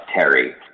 Terry